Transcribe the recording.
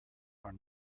are